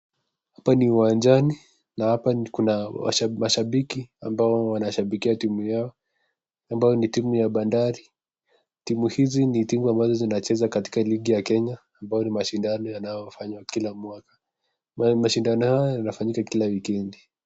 Hapa ni uwanjani na Hapa kuna mashabiki ambao wanashabikia timu yao ambao ni timu ya Bandari. Timu hizi ni timu ambazo zina cheza katika ligi ya Kenya ambao ni mashindano yanayo anyway kila mwaka, mashindano hayo yanafanyika kila wiki.